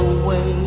away